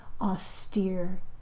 austere